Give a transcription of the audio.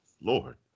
Lord